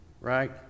right